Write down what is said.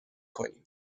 کنیم